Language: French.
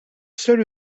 seul